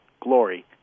glory